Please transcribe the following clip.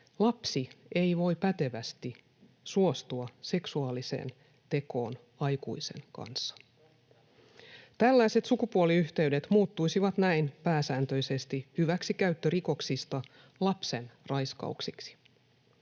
Lapsi ei voi pätevästi suostua seksuaaliseen tekoon aikuisen kanssa. [Leena Meri: Totta!] Tällaiset sukupuoliyhteydet muuttuisivat näin pääsääntöisesti hyväksikäyttörikoksista lapsenraiskauksiksi.